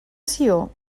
sió